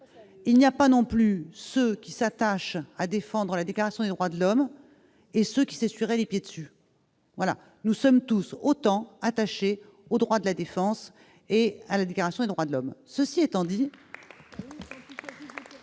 Il n'y a pas non plus ceux qui s'attachent à défendre la Déclaration des droits de l'homme et du citoyen et ceux qui s'essuieraient les pieds dessus. Nous sommes tous attachés aux droits de la défense et à la Déclaration des droits de l'homme